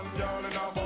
domino.